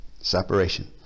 Separation